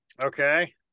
Okay